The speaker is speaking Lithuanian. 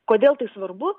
kodėl tai svarbu